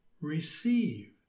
receive